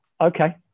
Okay